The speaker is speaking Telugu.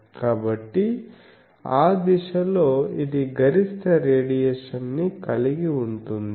కాబట్టి ఆ దిశలో ఇది గరిష్ట రేడియేషన్ ని కలిగి ఉంటుంది